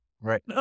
Right